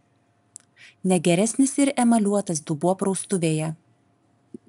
ne geresnis ir emaliuotas dubuo praustuvėje